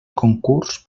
concurs